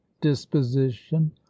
disposition